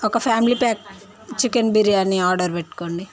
ఒక family pack chicken biryani order పెట్టుకోండి